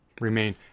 Remain